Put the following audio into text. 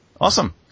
awesome